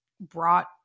brought